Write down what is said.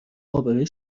آبروی